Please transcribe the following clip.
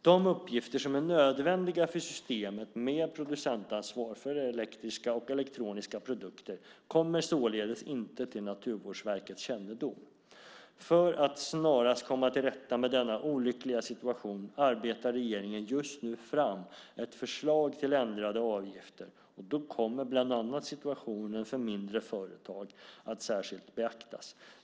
De uppgifter som är nödvändiga för systemet med producentansvar för elektriska och elektroniska produkter kommer således inte till Naturvårdsverkets kännedom. För att snarast komma till rätta med denna olyckliga situation arbetar regeringen just nu fram ett förslag till ändrade avgifter, och då kommer bland annat situationen för mindre företag att särskilt beaktas.